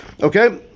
Okay